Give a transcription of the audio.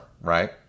right